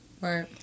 Right